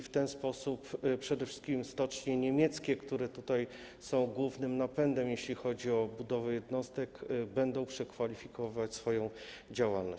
W ten sposób przede wszystkim stocznie niemieckie, które są tutaj głównym napędem, jeśli chodzi o budowę jednostek, będą przekwalifikować swoją działalność.